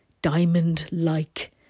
diamond-like